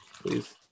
Please